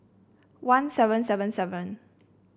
one seven seven seven